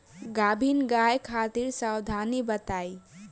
गाभिन गाय खातिर सावधानी बताई?